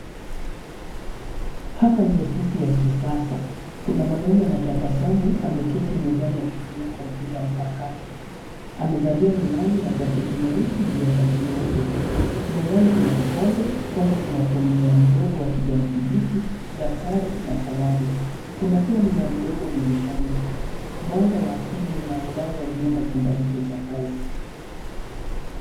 Hapa ni ofisi ya kisasa, kuna mwanaume anatabasamu ameketi mezani akitumia kompyuta mpakato. Amevalia miwani na jaketi nyeusi juu ya shati nyeupe. Mezani kuna kikombe, chombo kinacho mmea mdogo wa kijani kibichi, daftari na kalamu. Kuna pia mmea mdogo dirishani. Mwanga wa asili unaangaza vyema chumba hicho cha kazi.